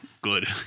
Good